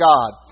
God